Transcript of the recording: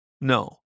No